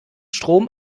strom